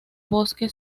bosque